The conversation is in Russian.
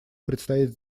предстоит